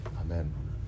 Amen